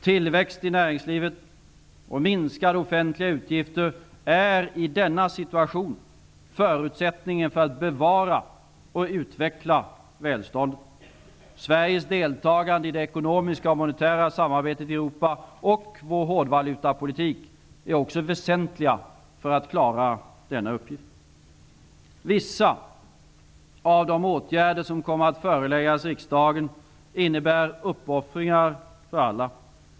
Tillväxt i näringslivet och minskade offentliga utgifter är i denna situation förutsättningen för att bevara och utveckla välståndet. Sveriges deltagande i det ekonomiska och monetära samarbetet i Europa och vår hårdvalutapolitik är också väsentliga för att klara denna uppgift. Vissa av de åtgärder som kommer att föreläggas riksdagen innebär uppoffringar för alla.